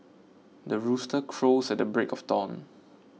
the rooster crows at the break of dawn